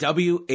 WH